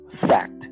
fact